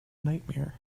nightmare